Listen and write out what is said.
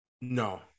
No